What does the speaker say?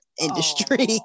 industry